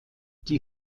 die